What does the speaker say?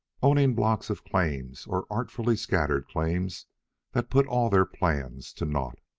owning blocks of claims or artfully scattered claims that put all their plans to naught.